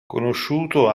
conosciuto